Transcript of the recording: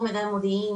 או מידע מודיעיני,